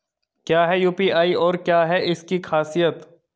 क्या है यू.पी.आई और क्या है इसकी खासियत?